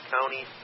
County